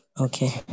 Okay